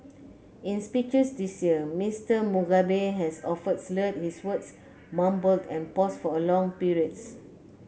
in speeches this year Mister Mugabe has often slurred his words mumbled and paused for long periods